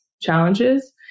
challenges